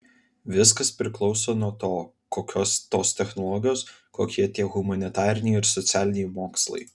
viskas priklauso nuo to kokios tos technologijos kokie tie humanitariniai ir socialiniai mokslai